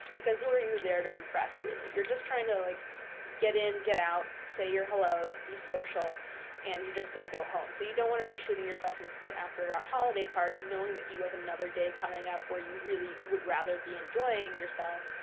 because who are you there to impress really? you're just trying to like get in, get out, say your hellos, be social and you're just going to go home. so you don't want to be shooting yourself in the foot after our holiday party knowing that you have another day coming up, where you really would rather be enjoying yourself.